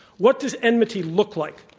what does enmity look like?